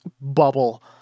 bubble